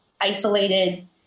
isolated